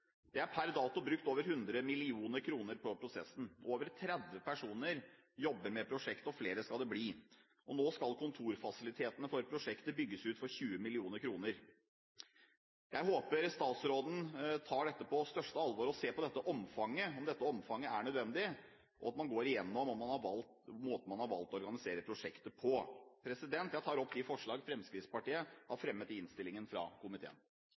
Det er per dato brukt over 100 mill. kr på prosessen. Over 30 personer jobber med prosjektet, og flere skal det bli. Nå skal kontorfasilitetene for prosjektet bygges ut for 20 mill. kr. Jeg håper statsråden tar dette på største alvor og ser på om dette omfanget er nødvendig, og at man går igjennom måten man har valgt å organisere prosjektet på. Jeg tar opp de forslag Fremskrittspartiet har fremmet i innstillingen fra komiteen.